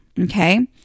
Okay